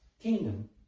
kingdom